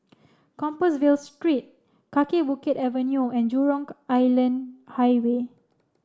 Compassvale Street Kaki Bukit Avenue and Jurong Island Highway